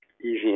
easy